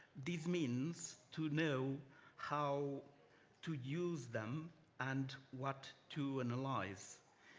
this means to know how to use them and what to analyze.